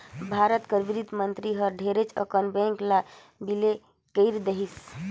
भारत कर बित्त मंतरी हर ढेरे अकन बेंक ल बिले कइर देहिस